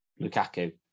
Lukaku